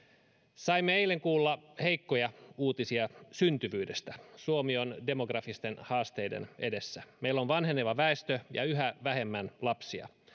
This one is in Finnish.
saimme eilen kuulla heikkoja uutisia syntyvyydestä suomi on demografisten haasteiden edessä meillä on vanheneva väestö ja yhä vähemmän lapsia